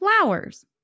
flowers